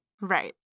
Right